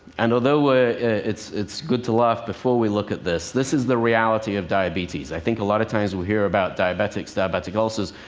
and although it's it's good to laugh before we look at this. this is the reality of diabetes. i think a lot of times we hear about diabetics, diabetic ulcers,